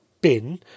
bin